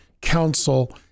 council